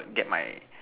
get my